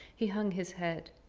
he hung his head.